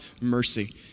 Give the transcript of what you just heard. mercy